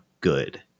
good